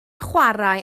chwarae